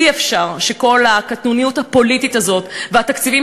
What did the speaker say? אי-אפשר שכל הקטנוניות הפוליטית הזאת והתקציבים